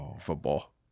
football